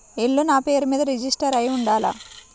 ఇల్లు నాపేరు మీదే రిజిస్టర్ అయ్యి ఉండాల?